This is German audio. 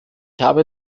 habe